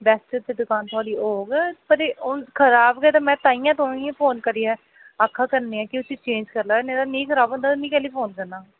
best ते दुकान थुआढ़ी होग पर खराब गै ते मै ताइयें तोहें गी फोन करियै आक्खा करनी आं कि उसी चेंज करी लैएओ नेईं ते नेईं खराब होंदा ते मी कैल्ली फ़ोन करना हा